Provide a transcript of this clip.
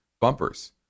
bumpers